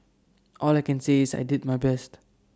all I can say is I did my best